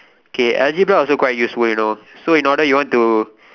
okay algebra also quite useful you know so in order you want to